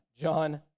John